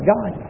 God